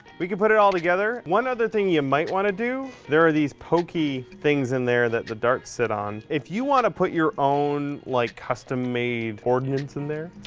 we can put it all together. one other thing you might want to do, there are these pokey things in there that the darts sit on. if you want to put your own like custom-made ordnance in there.